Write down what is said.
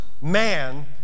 Man